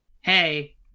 hey